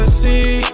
see